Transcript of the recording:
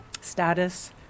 status